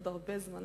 לעוד הרבה זמן,